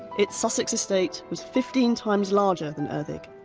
its sussex estate was fifteen times larger than erddig,